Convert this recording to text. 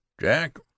Jack